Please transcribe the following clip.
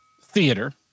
Theater